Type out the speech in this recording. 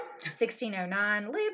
1609